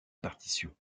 partition